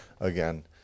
again